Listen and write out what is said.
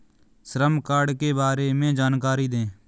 श्रम कार्ड के बारे में जानकारी दें?